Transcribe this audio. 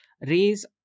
raise